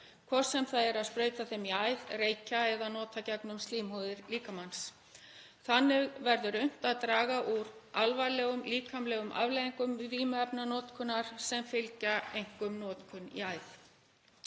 hvort sem það er að sprauta þeim í æð, reykja eða nota gegnum slímhúðir líkamans. Þannig verður unnt að draga úr alvarlegum líkamlegum afleiðingum vímuefnanotkunar sem fylgja einkum notkun í æð.